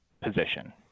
position